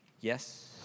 Yes